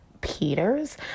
Peters